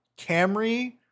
Camry